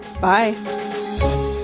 Bye